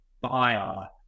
buyer